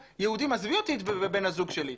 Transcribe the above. עזבי אותי ואת בן הזוג שלי,